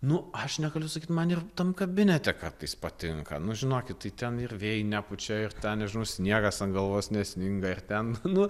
nu aš negaliu sakyt man ir tam kabinete kartais patinka nu žinokit tai ten ir vėjai nepučia ir ten nežinau sniegas ant galvos nesninga ir ten nu